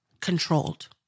controlled